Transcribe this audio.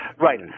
Right